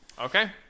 Okay